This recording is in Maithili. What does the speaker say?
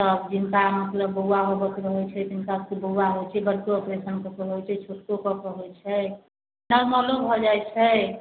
सभ मतलब जिनका बौआ होबयके रहैत छै तिनका बौआ होइत छै बड़को ऑपरेशन कऽ के होइत छै छोटको कऽ के होइत छै नोर्मलो भऽ जाइत छै